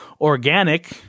organic